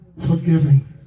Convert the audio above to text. forgiving